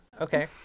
okay